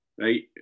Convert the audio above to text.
Right